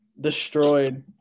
destroyed